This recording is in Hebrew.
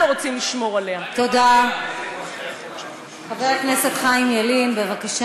יש לנו כלים להתמודד, חברת הכנסת עליזה לביא,